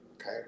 okay